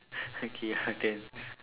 okay your turn